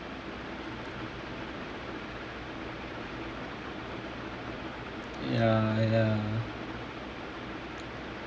ya ya